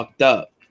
up